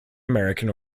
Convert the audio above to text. american